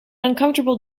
uncomfortable